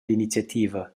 l’iniziativa